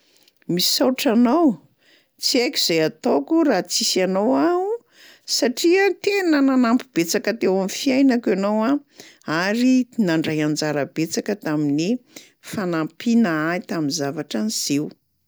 “Misaotra anao. Tsy haiko izay hataoko raha tsisy anao aho, satria tena nanampy betsaka teo am'fiainako ianao a ary nandray anjara betsaka tamin'ny fanampiana ahy tam'zavatra niseho.”